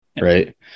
Right